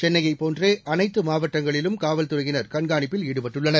சென்னையப் போன்றே அனைத்து மாவட்டங்களிலும் காவல்துறையினர் கண்காணிப்பில் ஈடுபட்டுள்ளனர்